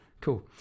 Cool